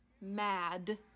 Mad